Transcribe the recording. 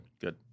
Good